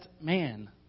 man